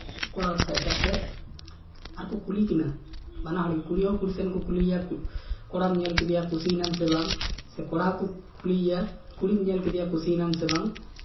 ᱠᱚᱲᱟ ᱫᱚᱦᱟᱸᱜ ᱮᱴᱟᱜ ᱥᱮᱫ ᱟᱨᱠᱚ ᱠᱩᱞᱤ ᱠᱤᱱᱟ ᱵᱟᱱᱟ ᱦᱚᱲ ᱜᱮ ᱠᱩᱲᱤ ᱦᱚᱸ ᱠᱩᱲᱤ ᱥᱮᱱ ᱠᱩᱞᱤᱭᱭᱟ ᱠᱚᱲᱟᱢ ᱧᱮᱞ ᱠᱮᱫᱮᱭᱭᱟ ᱠᱩᱥᱤᱭᱱᱟᱢ ᱥᱮ ᱵᱟᱝ ᱥᱮ ᱠᱚᱲᱟ ᱦᱚᱸᱠᱚ ᱠᱩᱞᱤᱭᱮᱭᱟ ᱠᱩᱲᱤᱢ ᱧᱮᱞ ᱠᱮᱫᱮᱭᱟ ᱠᱩᱥᱤᱭᱮᱱᱟᱢ ᱥᱮ ᱵᱟᱝ